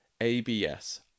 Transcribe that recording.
ABS